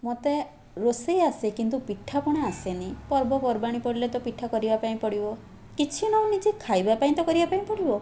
ମୋତେ ରୋଷେଇ ଆସେ କିନ୍ତୁ ପିଠାପଣା ଆସେନି ପର୍ବପର୍ବାଣି ପଡ଼ିଲେ ତ ପିଠା କରିବା ପାଇଁ ପଡ଼ିବ କିଛି ନହେଲେ ନିଜେ ଖାଇବା ପାଇଁ ତ କରିବା ପାଇଁ ପଡ଼ିବ